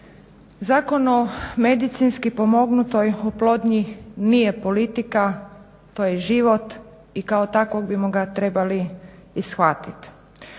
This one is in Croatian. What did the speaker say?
Zakon o medicinski pomognutoj oplodnji nije politika, to je život i kao takvog bi ga trebali i shvatit.